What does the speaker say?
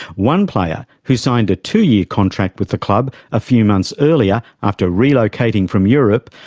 one player, who signed a two-year contract with the club a few months earlier after relocating from europe,